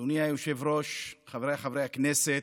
אדוני היושב-ראש, חבריי חברי הכנסת,